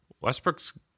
Westbrook's